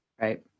Right